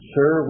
Sir